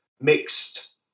mixed